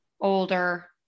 older